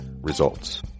Results